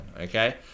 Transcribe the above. okay